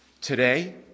Today